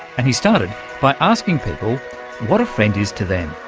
and he started by asking people what a friend is to them.